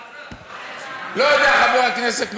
אני לא יודע מה אוכל חבר הכנסת מרגי.